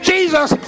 Jesus